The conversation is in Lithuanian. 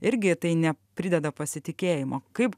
irgi tai ne prideda pasitikėjimo kaip